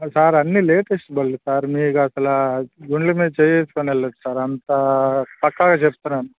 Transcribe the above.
sir అన్నీ latest బండ్లు sir మీకసలు గుండెల మీద చెయ్యేసుకుని వెళ్ళొచ్చు సార్ అంతా పక్కగా చెబుతున్నాను